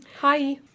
Hi